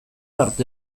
arte